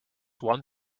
one